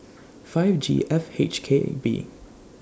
five G F H K B